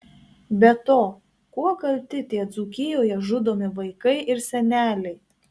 be to kuo kalti tie dzūkijoje žudomi vaikai ir seneliai